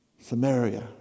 Samaria